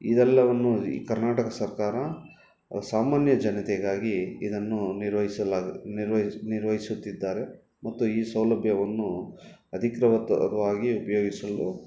ಇದೆಲ್ಲವನ್ನು ಈ ಕರ್ನಾಟಕ ಸರ್ಕಾರ ಸಾಮಾನ್ಯ ಜನತೆಗಾಗಿ ಇದನ್ನು ನಿರ್ವಹಿಸಲು ನಿರ್ವಹಿಸ್ ನಿರ್ವಹಿಸುತ್ತಿದ್ದಾರೆ ಮತ್ತು ಈ ಸೌಲಭ್ಯವನ್ನು ಅಧಿಕೃತವಾಗಿ ಉಪಯೋಗಿಸಲು